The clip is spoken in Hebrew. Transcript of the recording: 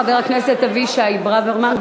חבר הכנסת אבישי ברוורמן.